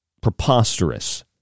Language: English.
preposterous